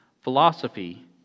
philosophy